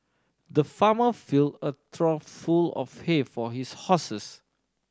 the farmer filled a trough full of hay for his horses